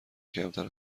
کمتر